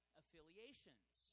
affiliations